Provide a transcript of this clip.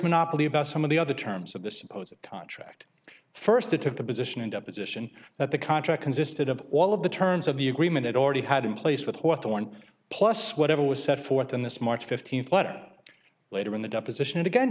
monopoly about some of the other terms of the supposed contract first it took the position and opposition that the contract consisted of all of the terms of the agreement already had in place with hawthorn plus whatever was set forth in this march fifteenth letter later in the deposition it again